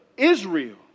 Israel